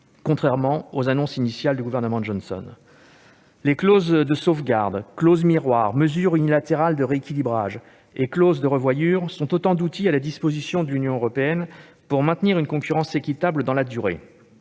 contrairement aux annonces initiales du gouvernement Johnson. Les clauses de sauvegarde, clauses miroirs, mesures unilatérales de rééquilibrage et clauses de revoyure sont autant d'outils à la disposition de l'Union européenne pour maintenir une concurrence équitable dans la durée.